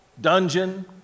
dungeon